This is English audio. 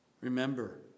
Remember